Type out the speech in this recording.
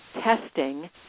testing